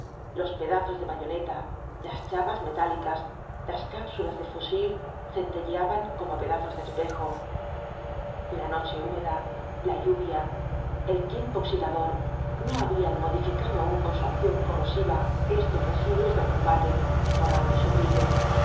los pedazos de bayoneta las chapas metálicas las cápsulas de fusil centelleaban como pedazos de espejo la noche húmeda la lluvia el tiempo oxidador no habían modificado aún con su acción corrosiva estos residuos del combate borrando su brillo